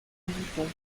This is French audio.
bouton